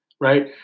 Right